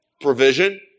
provision